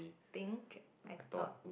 think I thought